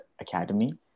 Academy